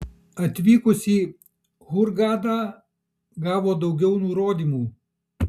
atvykus į hurgadą gavo daugiau nurodymų